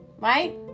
right